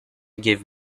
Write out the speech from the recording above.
give